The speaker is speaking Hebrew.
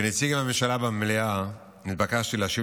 כנציג הממשלה במליאה נתבקשתי להשיב